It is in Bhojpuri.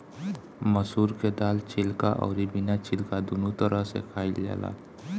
मसूर के दाल छिलका अउरी बिना छिलका दूनो तरह से खाइल जाला